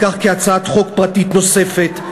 ואחר כך כהצעת חוק פרטית נוספת.